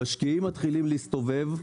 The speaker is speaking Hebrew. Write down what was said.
משקיעים מתחילים להסתובב.